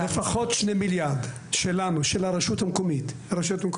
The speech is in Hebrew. לפחות 2 מיליארד שלנו, של הרשויות המקומיות.